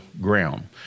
ground